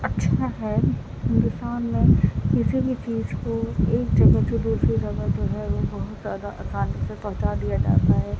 اچھا ہے ہندوستان میں کسی بھی چیز کو ایک جگہ سے دوسری جگہ جو ہے وہ بہت زیادہ آسانی سے پہنچا دیا جاتا ہے